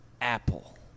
Apple